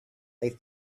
they